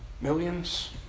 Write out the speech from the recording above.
Millions